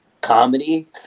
comedy